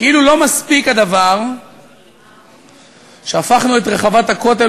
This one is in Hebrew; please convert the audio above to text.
כאילו לא מספיק הדבר שהפכנו את רחבת הכותל,